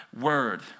word